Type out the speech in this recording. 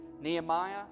Nehemiah